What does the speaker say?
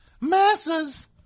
Masses